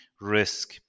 risk